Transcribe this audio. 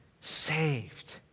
saved